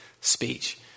speech